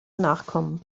nachkommen